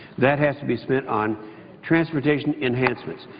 that has to be spent on transportation enhancements.